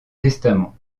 testament